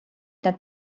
need